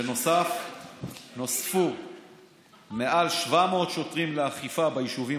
בנוסף נוספו מעל 700 שוטרים לאכיפה ביישובים